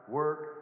work